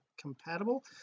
compatible